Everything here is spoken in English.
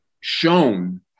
shown